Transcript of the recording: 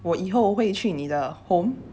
我以后会去你的 home